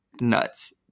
nuts